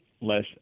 less